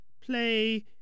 play